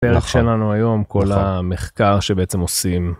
שלנו היום כל מחקר שבעצם עושים